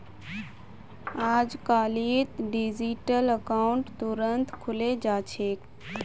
अजकालित digital account तुरंत खुले जा छेक